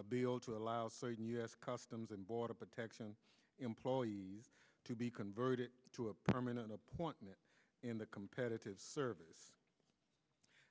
a bill to allow certain u s customs and border protection employees to be converted to a permanent appointment in the competitive service